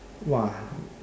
!wah!